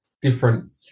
Different